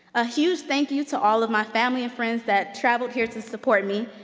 a huge thank you to all of my family and friends that traveled here to support me,